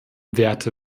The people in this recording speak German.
werte